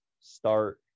start